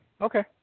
okay